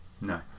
No